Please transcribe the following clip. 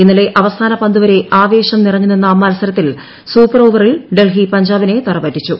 ഇന്ന്ലെ അവസാന പന്തുവരെ ആവേശം നിറഞ്ഞുനിന്ന മത്സരിത്തിൽ സൂപ്പർ ഓവറിൽ ഡൽഹി പഞ്ചാബിനെ തറപറ്റിച്ചു